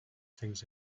things